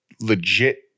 legit